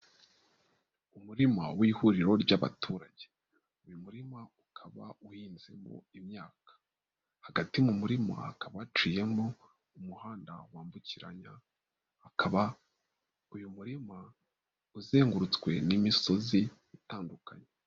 Umurima w'ihuriro ry'abaturage. uyu murima ukaba uhinzemo imyaka. Hagati mu murima hakaba waciyemo umuhanda wambukiranya hakaba uyu murima uzengurutswe n'imisozi itandukanye.